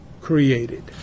created